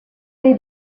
dei